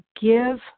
give